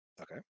Okay